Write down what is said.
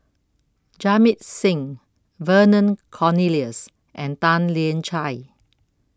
Jamit Singh Vernon Cornelius and Tan Lian Chye